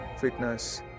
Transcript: fitness